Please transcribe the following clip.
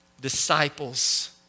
disciples